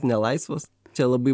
nelaisvas čia labai